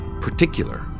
particular